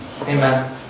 Amen